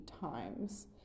times